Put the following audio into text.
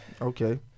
Okay